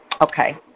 Okay